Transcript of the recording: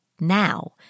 now